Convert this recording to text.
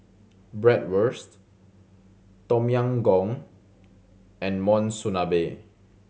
Bratwurst Tom Yam Goong and Monsunabe